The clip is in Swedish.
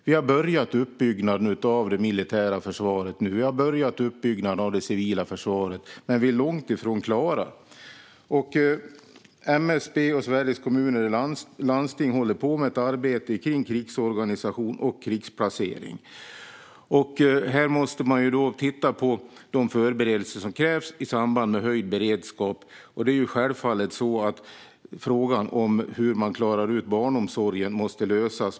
Vi har nu börjat uppbyggnaden av det militära försvaret liksom av det civila försvaret. Men vi är långt ifrån klara. MSB och Sveriges Kommuner och Landsting håller på med ett arbete vad avser krigsorganisation och krigsplacering. Man måste titta på de förberedelser som krävs i samband med höjd beredskap. Självfallet måste frågan hur man klarar av barnomsorgen lösas.